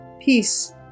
Peace